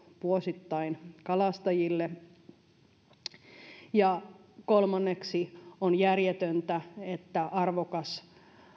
vuosittain kalastajille kolmanneksi on järjetöntä että arvokas